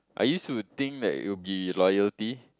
I used to think that it will be loyalty